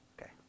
Okay